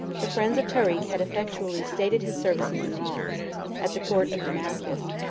the friends of tarik had effectually stated his services and wrongs at the court of damascus,